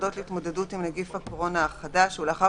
מיוחדות להתמודדות עם נגיף הקורונה החדש ולאחר